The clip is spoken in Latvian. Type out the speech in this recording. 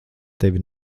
tevi